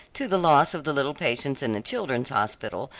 to the loss of the little patients in the children's hospital,